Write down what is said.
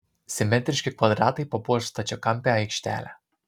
simetriški kvadratai papuoš stačiakampę aikštelę